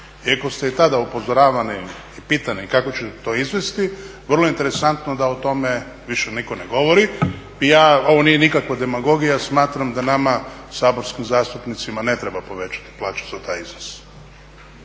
Iako ste i tada upozoravani i pitani kako ćete to izvesti vrlo je interesantno da o tome više nitko ne govori. I ja, ovo nije nikakva demagogija. Smatram da nama saborskim zastupnicima ne treba povećati plaću za taj iznos